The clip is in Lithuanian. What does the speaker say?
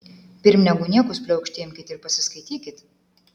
pirm negu niekus pliaukšti imkit ir pasiskaitykit